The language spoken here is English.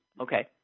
Okay